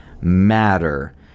matter